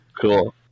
cool